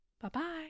Bye-bye